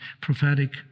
prophetic